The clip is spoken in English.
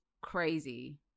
crazy